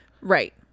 Right